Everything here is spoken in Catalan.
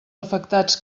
afectats